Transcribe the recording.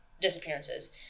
disappearances